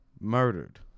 murdered